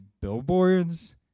billboards